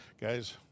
guys